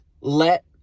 let